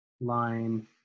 line